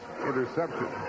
interception